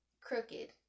crooked